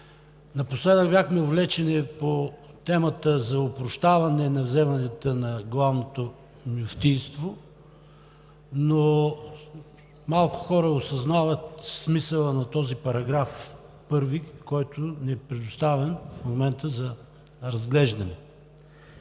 Напоследък бяхме увлечени по темата за опрощаване на вземанията на Главното мюфтийство, но малко хора осъзнават смисъла на този § 1, който ни е предоставен в момента за разглеждане.